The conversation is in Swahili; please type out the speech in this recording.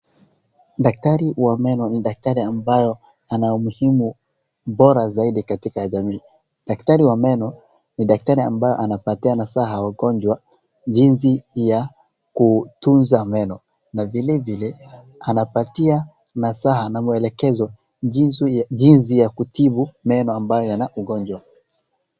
Daktari wa meno ni daktari ambayo ana umuhimu bora zaidi katika jamii. Daktari wa meno ni daktari ambao anapatiana nasaha wagonjwa jinsi ya kutunza meno na vilevile anapatia nasaha na mwelekezo jinsi ya kutibu meno ambayo yana ugonjwa.